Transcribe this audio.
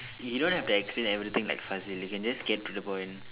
you don't have to explain everything like Fazil you can just get to the point